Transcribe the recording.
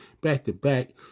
back-to-back